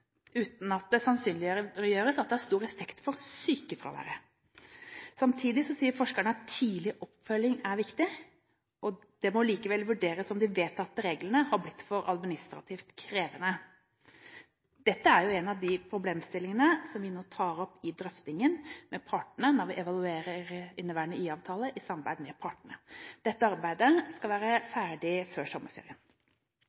uten at det sannsynliggjøres at det har stor effekt på sykefraværet. Samtidig sier forskerne at tidlig oppfølging er viktig. Det må likevel vurderes om de vedtatte reglene har blitt for administrativt krevende. Dette er en av de problemstillingene som vi nå tar opp i drøftingen med partene når vi evaluerer inneværende IA-avtale i samarbeid med partene. Dette arbeidet skal være